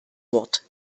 wort